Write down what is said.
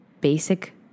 basic